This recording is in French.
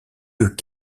deux